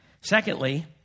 Secondly